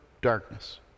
darkness